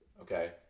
Okay